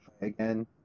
again